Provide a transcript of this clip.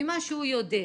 ממה שהוא יודע,